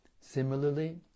Similarly